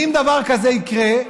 ואם דבר כזה יקרה,